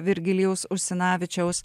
virgilijaus usinavičiaus